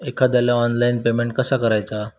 एखाद्याला online payment कसा करायचा?